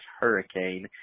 hurricane